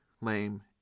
lame